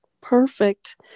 perfect